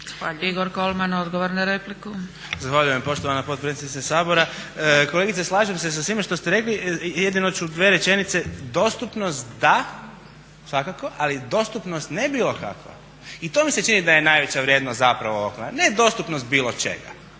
na repliku. **Kolman, Igor (HNS)** Zahvaljujem poštovana potpredsjednice Sabora. Kolegice slažem se sa svime što ste rekli jedino ću dvije rečenice, dostupnost da svakako ali dostupnost ne bilo kakva. I to mi se čini da je najveća vrijednost zapravo ovoga, ne dostupnost bilo čega,